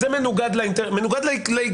-- זה מנוגד להיגיון.